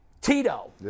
Tito